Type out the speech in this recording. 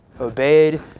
obeyed